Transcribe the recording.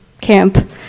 camp